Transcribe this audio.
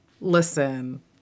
listen